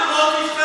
היהדות לא משתנה.